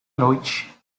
noite